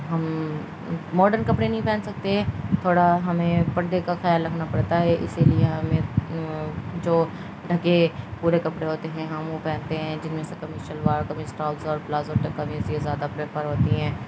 ہم ماڈرن کپڑے نہیں پہن سکتے تھوڑا ہمیں پردے کا خیال رکھنا پڑتا ہے اسی لیے ہمیں جو ڈھکے پورے کپڑے ہوتے ہیں ہم وہ پہنتے ہیں جن میں سے کمی شلوار کمی اسٹاؤز اور پلازو ٹ کمیزی زیادہ پریفر ہوتی ہیں